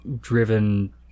driven